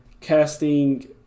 Casting